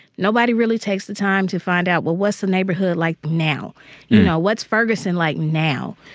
nobody really takes the time to find out, well, what's the neighborhood like now? you know, what's ferguson like now?